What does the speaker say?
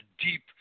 deep